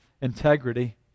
integrity